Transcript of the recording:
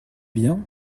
bien